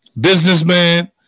businessman